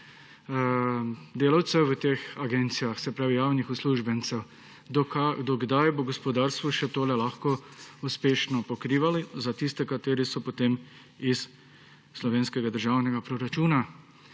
delavcev v teh agencijah, se pravi, javnih uslužbencev, do kdaj bo gospodarstvo še lahko uspešno pokrivalo vse tiste, ki se napajajo iz slovenskega državnega proračuna.